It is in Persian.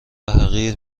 حقیر